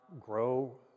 grow